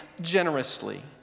generously